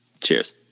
Cheers